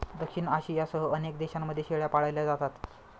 दक्षिण आशियासह अनेक देशांमध्ये शेळ्या पाळल्या जातात